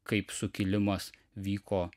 kaip sukilimas vyko